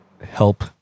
Help